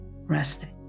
resting